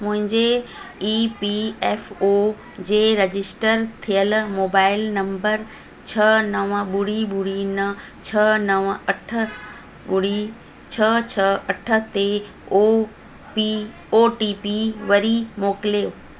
मुंहिंजे E P F O जे register थियल मोबाइल नंबर छह नवं ॿुड़ी ॿुड़ी न छ्ह नवं अठ ॿुड़ी छ्ह छ्ह अठ ते O P O T P वरी मोकिलियो